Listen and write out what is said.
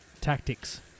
Tactics